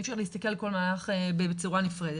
אי אפשר להסתכל על כל מהלך בצורה נפרדת.